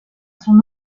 son